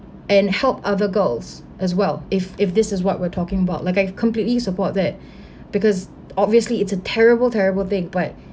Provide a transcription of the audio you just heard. and help other girls as well if if this is what we're talking about like I completely support that because obviously it's a terrible terrible thing but